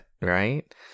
right